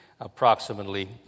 approximately